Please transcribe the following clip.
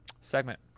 segment